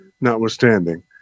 notwithstanding